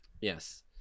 Yes